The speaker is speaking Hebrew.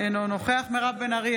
אינו נוכח מירב בן ארי,